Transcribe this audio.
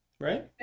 right